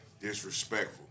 Disrespectful